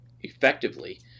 effectively